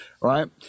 right